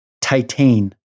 Titan